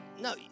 no